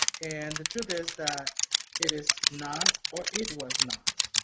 and the truth is that it is not, or it was not,